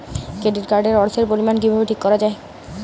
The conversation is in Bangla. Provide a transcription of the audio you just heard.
কেডিট কার্ড এর অর্থের পরিমান কিভাবে ঠিক করা হয়?